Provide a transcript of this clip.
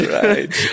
right